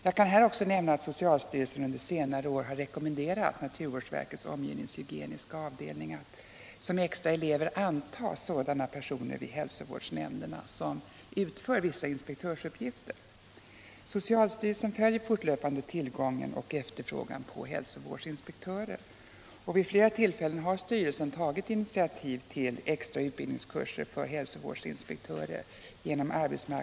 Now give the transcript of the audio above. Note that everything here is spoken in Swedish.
Jag kan också nämna att socialstyrelsen under senare år har rekommenderat naturvårdsverkets omgivningshygieniska avdelning att som extra elever anta sådana personer vid hälsovårdsnämnderna som utför vissa inspektörsuppgifter. Socialstyrelsen följer fortlöpande tillgången och efterfrågan på hälsovårdsinspektörer, och vid flera tillfällen har styrelsen genom arbetsmarknadsstyrelsens försorg tagit initiativ till utbildningskurser för hälsovårdsinspektörer.